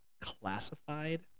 classified